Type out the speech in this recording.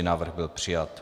Návrh byl přijat.